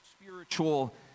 spiritual